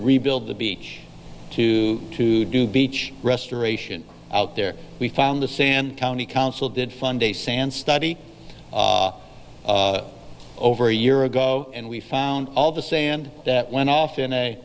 rebuild the beach to to do beach restoration out there we found the sand county council did fund a sand study over a year ago and we found all the sand that went off in a